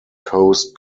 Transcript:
coast